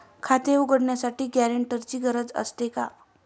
खाते उघडण्यासाठी गॅरेंटरची गरज असते का?